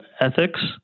ethics